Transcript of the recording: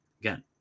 Again